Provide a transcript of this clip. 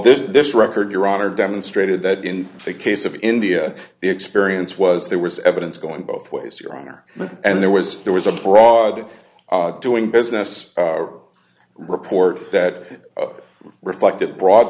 well this record your honor demonstrated that in the case of india the experience was there was evidence going both ways your honor and there was there was a broad doing business report that reflected the broad